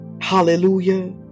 Hallelujah